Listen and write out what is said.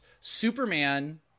superman